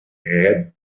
had